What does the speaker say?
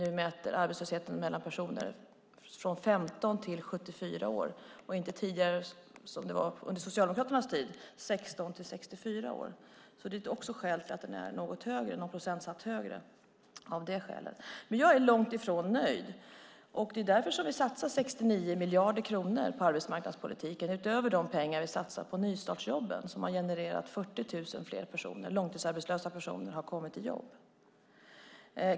Nu mäter vi arbetslösheten bland personer från 15 till 74 år och inte bland personer från 16 till 64 år som det var under Socialdemokraternas tid. Det är också ett skäl till att arbetslösheten är någon procentsats högre. Jag är långt ifrån nöjd. Det är därför som vi satsar 69 miljarder kronor på arbetsmarknadspolitiken, utöver de pengar som vi satsar på nystartsjobben som har lett till att 40 000 fler långtidsarbetslösa personer har kommit i jobb.